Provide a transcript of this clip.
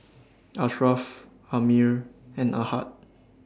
Ashraff Ammir and Ahad